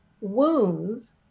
wounds